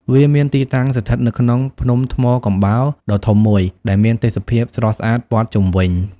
វាមានទីតាំងស្ថិតនៅក្នុងភ្នំថ្មកំបោរដ៏ធំមួយដែលមានទេសភាពស្រស់ស្អាតព័ទ្ធជុំវិញ។